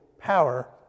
power